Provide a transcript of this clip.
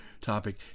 topic